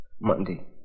Monday